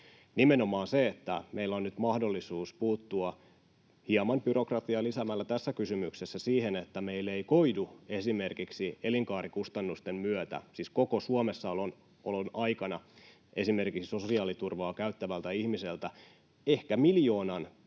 nimenomaan mahdollisuus puuttua hieman byrokratiaa lisäämällä tässä kysymyksessä siihen, että meille ei koidu esimerkiksi elinkaarikustannusten myötä, siis koko Suomessa olon aikana, esimerkiksi sosiaaliturvaa käyttävältä ihmiseltä ehkä miljoonan, puolen